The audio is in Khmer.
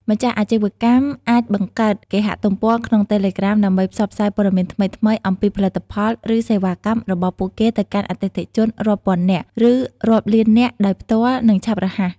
ម្ចាស់អាជីវកម្មអាចបង្កើតគេហទំព័រក្នុងតេឡេក្រាម ដើម្បីផ្សព្វផ្សាយព័ត៌មានថ្មីៗ អំពីផលិតផល ឬសេវាកម្មរបស់ពួកគេទៅកាន់អតិថិជនរាប់ពាន់នាក់ ឬរាប់លាននាក់ដោយផ្ទាល់ និងឆាប់រហ័ស។